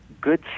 good